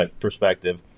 perspective